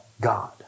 God